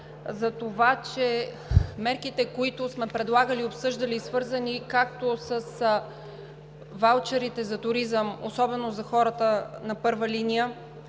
за това, че мерките, които сме предлагали и обсъждали, са свързани както с ваучерите за туризъм, особено за хората на първа линия,